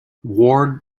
ward